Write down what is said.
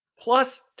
Plus